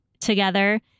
together